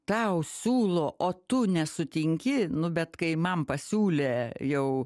tau siūlo o tu nesutinki nu bet kai man pasiūlė jau